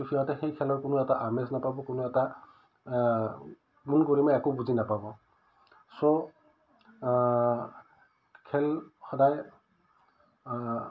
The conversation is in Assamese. কিন্তু সিহঁতে সেই খেলৰ কোনো এটা আমেজ নাপাব কোনো এটা মূল গৰিমা একো বুজি নাপাব চ' খেল সদায়